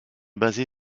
basée